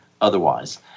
otherwise